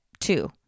two